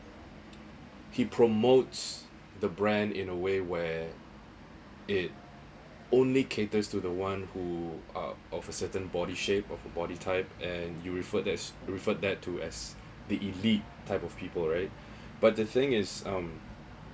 he promotes the brand in a way where it only caters to the one who are of a certain body shape of a body type and you referred as referred that to as the elite type of people right but the thing is um